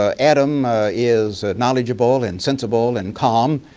ah adam is knowledgeable and sensible and calm.